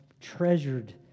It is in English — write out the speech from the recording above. treasured